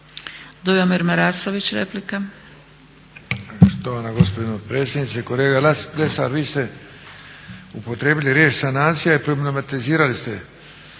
Dujomir Marasović, replika.